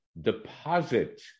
deposit